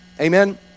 Amen